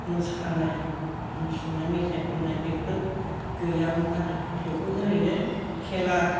मोसानाय मुसुरनाय मेथाइ खननाय बेफोर गैयामोन आरो थेवबो ओरैनो खेला